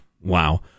Wow